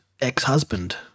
ex-husband